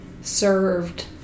served